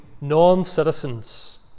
non-citizens